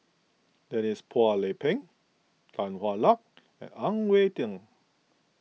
Denise Phua Lay Peng Tan Hwa Luck and Ang Wei Neng